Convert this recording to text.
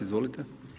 Izvolite.